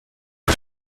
had